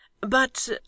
but